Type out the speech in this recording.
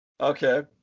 Okay